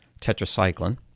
tetracycline